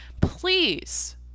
Please